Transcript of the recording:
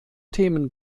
themen